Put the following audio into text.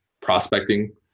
Prospecting